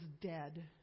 dead